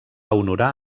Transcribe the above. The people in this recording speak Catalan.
honorar